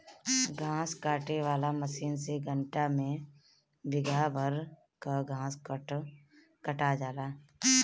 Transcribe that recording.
घास काटे वाला मशीन से घंटा में बिगहा भर कअ घास कटा जाला